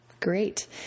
Great